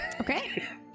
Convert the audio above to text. Okay